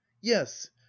yes